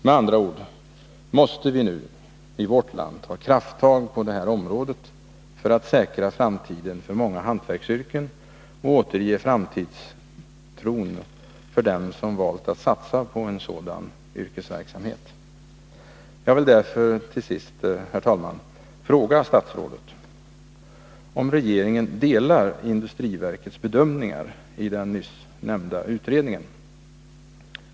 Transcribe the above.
Med andra ord måste vi nu i vårt land ta krafttag på det här området, för att säkra framtiden för många hantverksyrken och återge framtidstron hos dem som valt att satsa på en sådan yrkesverksamhet. Jag vill därför till sist, herr talman, fråga statsrådet, om regeringen delar Industriverkets bedömning i den nyssnämnda utredningen.